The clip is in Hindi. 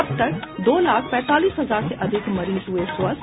अब तक दो लाख पैंतालीस हजार से अधिक मरीज हुये स्वस्थ